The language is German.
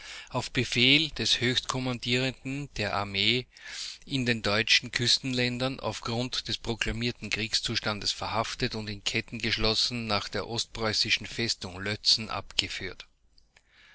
auf befehl des höchstkommandierenden der armee in den deutschen küstenländern auf grund des proklamierten kriegszustandes verhaftet und in ketten geschlossen nach der ostpreußischen festung lötzen abgeführt